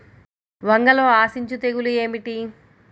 వంగలో ఆశించు తెగులు ఏమిటి?